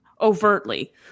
overtly